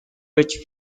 which